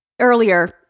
earlier